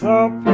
up